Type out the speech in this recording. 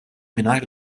mingħajr